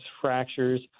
fractures